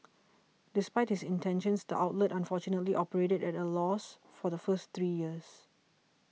despite his intentions the outlet unfortunately operated at a loss for the first three years